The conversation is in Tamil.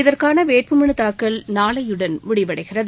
இதற்கான வேட்புமனு தாக்கல் நாளையுடன் முடிவடைகிறது